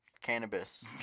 cannabis